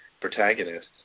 protagonists